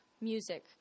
music